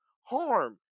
harm